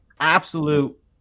absolute